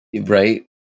Right